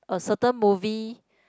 a certain movie